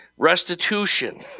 Restitution